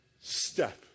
Step